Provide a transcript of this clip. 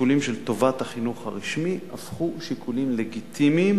שיקולים של טובת החינוך הרשמי הפכו שיקולים לגיטימיים